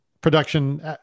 production